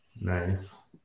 nice